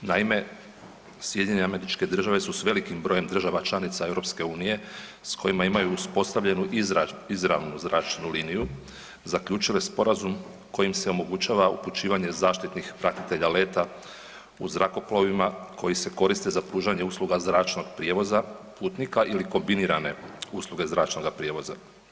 Naime, SAD su s velikim brojem država članica EU s kojima imaju uspostavljenu izravnu zračnu liniju zaključile sporazum kojim se omogućava upućivanje zaštitnih pratitelja leta u zrakoplovima koji se koriste za pružanje usluga zračnog prijevoza putnika ili kombinirane usluge zračnoga prijevoza.